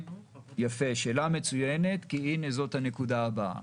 שאלה מצוינת, כי זאת הנקודה הבאה.